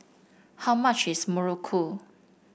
how much is Muruku